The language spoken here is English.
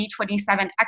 2027